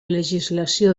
legislació